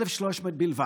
1,300 בלבד.